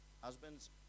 Husbands